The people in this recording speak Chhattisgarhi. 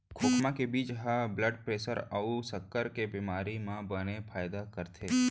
खोखमा के बीजा ह ब्लड प्रेसर अउ सक्कर के बेमारी म बने फायदा करथे